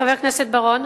חבר הכנסת בר-און,